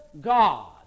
God